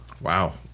Wow